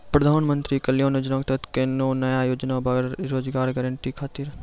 प्रधानमंत्री कल्याण योजना के तहत कोनो नया योजना बा का रोजगार गारंटी खातिर?